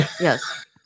yes